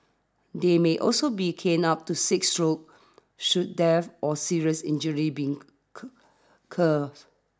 they may also be caned up to six stroke should death or serious injury being